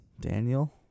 Daniel